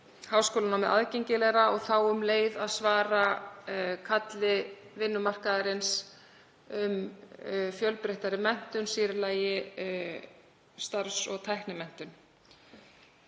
háskólanámið aðgengilegra og þá um leið að svara kalli vinnumarkaðarins um fjölbreyttari menntun, sér í lagi starfs- og tæknimenntun.